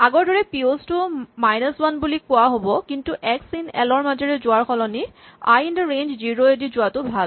আগৰদৰেই পিঅ'ছ টো minus one বুলি কোৱা হ'ব কিন্তু এক্স ইন এল ৰ মাজেৰে যোৱাৰ সলনি I in the range zero এদি যোৱাটো ভাল